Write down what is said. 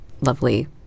lovely